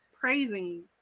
praising